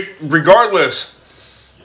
regardless